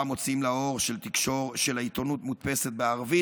מוציאים לאור של העיתונות המודפסת בערבית,